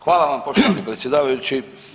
Hvala vam poštovani predsjedavajući.